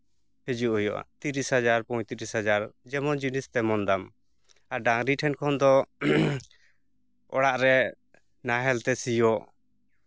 ᱦᱤᱡᱩᱜ ᱦᱩᱭᱩᱜᱼᱟ ᱛᱤᱨᱤᱥ ᱦᱟᱡᱟᱨ ᱯᱚᱸᱭᱛᱨᱤᱥ ᱦᱟᱡᱟᱨ ᱡᱮᱢᱚᱱ ᱡᱤᱱᱤᱥ ᱛᱮᱢᱚᱱ ᱫᱟᱢ ᱟᱨ ᱰᱟᱝᱨᱤ ᱴᱷᱮᱱ ᱠᱷᱚᱱ ᱫᱚ ᱚᱲᱟᱜ ᱨᱮ ᱱᱟᱦᱮᱞ ᱛᱮ ᱥᱤᱭᱳᱜ